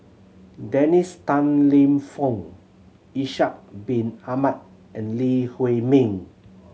Dennis Tan Lip Fong Ishak Bin Ahmad and Lee Huei Min